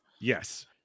Yes